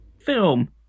film